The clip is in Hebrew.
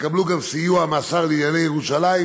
יקבלו גם סיוע מהשר לענייני ירושלים,